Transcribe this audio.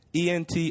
ent